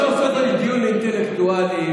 סוף-סוף דיון אינטלקטואלי,